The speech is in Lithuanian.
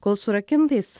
kol surakintais